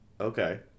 okay